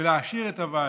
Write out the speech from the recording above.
ולהעשיר את הוועדה.